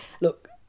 Look